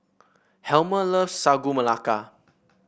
Helmer loves Sagu Melaka